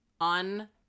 on